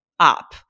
up